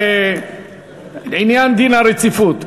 לעניין דין הרציפות,